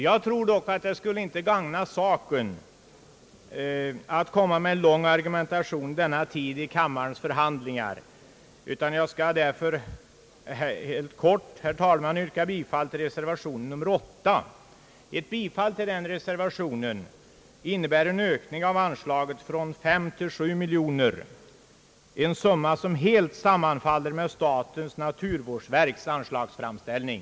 Jag tror dock att det inte skulle gagna saken att komma med en lång argumentation vid denna tidpunkt, utan jag skall helt kort yrka bifall till reservationen vid denna punkt. Ett bi fall till den reservationen innebär en ökning av anslaget från 5 till 7 miljoner kronor, en summa som helt överensstämmer med statens naturvårdsverks anslagsframställning.